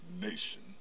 nation